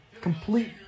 complete